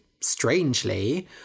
strangely